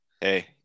Hey